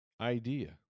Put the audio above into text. idea